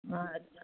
ꯑꯥ